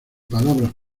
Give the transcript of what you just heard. palabras